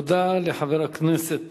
תודה לחבר הכנסת